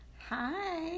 Hi